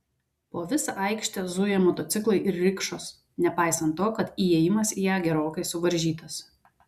po visą aikštę zuja motociklai ir rikšos nepaisant to kad įėjimas į ją gerokai suvaržytas